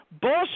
Bullshit